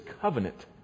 covenant